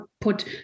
put